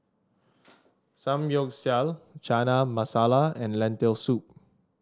Samgyeopsal Chana Masala and Lentil Soup